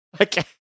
Okay